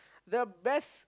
the best